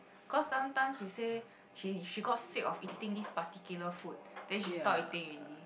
cause sometimes you say she she got sick of eating this particular food then she stop eating already